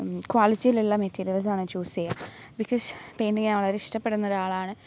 ക്വാളിറ്റിയിലുള്ള മെറ്റീരിയൽസാണ് ചൂസ് ചെയ്യുക because paint ചെയ്യാൻ വളരെ ഇഷ്ടപ്പെടുന്ന ഒരാളാണ്